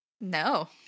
No